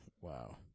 Wow